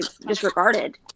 disregarded